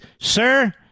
Sir